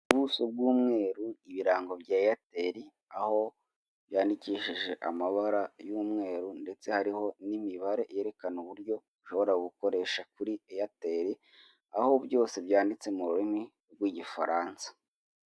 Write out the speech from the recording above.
Ubuso bw'umweru, ibirango bya Eyateli, aho byandikishije amabara y'umweru ndetse hariho n'imibare yerekana uburyo ushobora gukoresha kuri Eyateli, aho byose byanditse mu rurimi rw'Igifaransa.